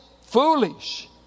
foolish